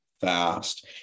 fast